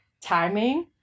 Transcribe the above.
timing